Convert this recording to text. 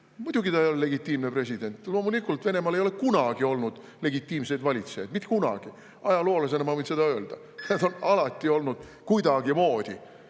Muidugi ta ei ole legitiimne president, loomulikult. Venemaal ei ole kunagi olnud legitiimseid valitsejaid, mitte kunagi – ajaloolasena ma võin seda öelda –, nad on alati kuidagimoodi,